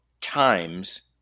times